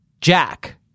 Jack